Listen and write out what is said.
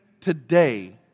today